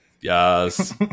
Yes